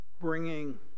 bringing